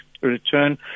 return